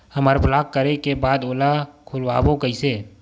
हमर ब्लॉक करे के बाद ओला खोलवाबो कइसे?